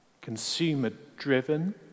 Consumer-driven